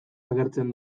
agertzen